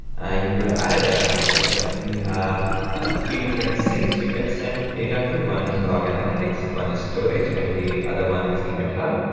you could add a diagnostic setting. we have three different sinks you can send data to. one is log analytics, one is storage, and the other one is event hub.